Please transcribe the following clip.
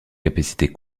capacité